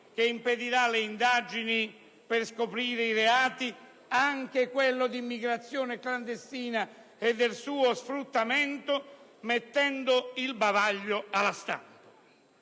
che impedirà le indagini per scoprire i reati, anche quello di immigrazione clandestina e del suo sfruttamento, mettendo il bavaglio alla stampa.